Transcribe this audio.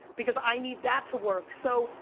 because i need that to work. so,